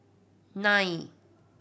nine